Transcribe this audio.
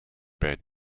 bad